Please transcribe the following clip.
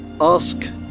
ask